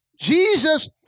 Jesus